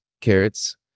carrots